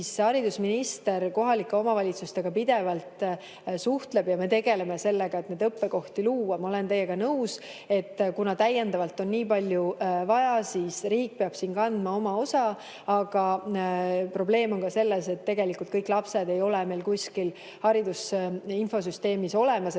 suhtleb pidevalt kohalike omavalitsustega ja me tegeleme sellega, et neid õppekohti luua. Ma olen teiega nõus, et kuna täiendavalt on nii palju vaja, siis riik peab siin kandma oma osa, aga probleem on ka selles, et tegelikult kõik lapsed ei ole meil kuskil hariduse infosüsteemis olemas,